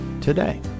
today